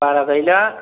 बारा गायला